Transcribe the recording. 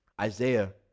Isaiah